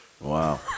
Wow